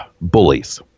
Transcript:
bullies